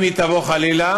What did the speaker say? אם היא תבוא חלילה,